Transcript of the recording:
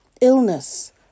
illness